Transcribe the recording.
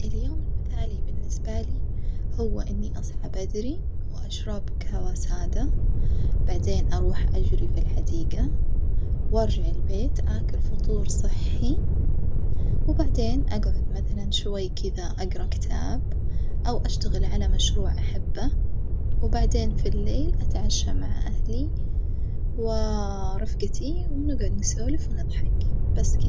اليوم المثالي بالنسبة لي هو إني أصحى بدري وأشرب جهوة سادة، بعدين أروح أجري في الحديجة وأرجع البيت آكل فطور صحي، وبعدين أقعد مثلًا شوي كدة أجرا كتاب أو أشتغل على مشروع أحبه، وبعدين في الليل أتعشى مع أهلي و ورفجتي وبنجعد نسولف ونظحك، بس كدة.